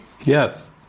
Yes